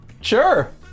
Sure